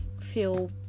feel